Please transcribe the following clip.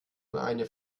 eine